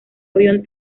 avión